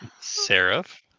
Seraph